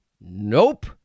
Nope